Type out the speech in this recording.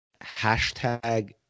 hashtag